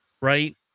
right